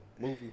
movie